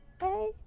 hey